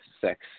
sex